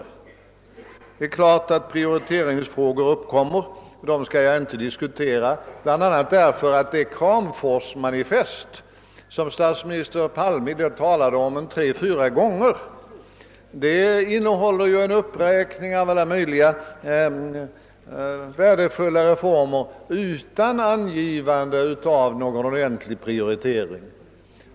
Givetvis uppkommer det prioriteringsfrågor. Jag skall emellertid inte här diskutera dem, bl.a. därför att det Kramforsmanifest som «statsminister Palme talade om tre fyra gånger innehåller en uppräkning av en stor mängd värdefulla reformer utan angivande av någon ordentlig prioritering.